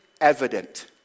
evident